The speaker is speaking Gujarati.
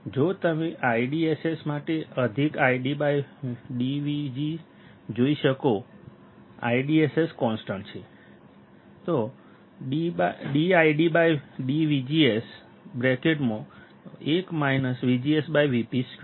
જો તમે IDSS માટે અધિક ID dVGS જોઈ શકશો IDSS કોન્સ્ટન્ટ છે dID dVGS 1 VGS Vp 2